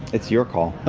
it's your call.